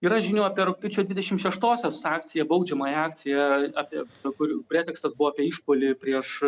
yra žinių apie rugpjūčio dvidešim šeštosios akciją baudžiamąją akciją apie kur pretekstas buvo apie išpuolį prieš